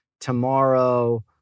tomorrow